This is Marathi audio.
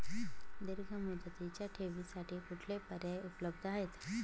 दीर्घ मुदतीच्या ठेवींसाठी कुठले पर्याय उपलब्ध आहेत?